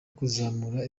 kuzamura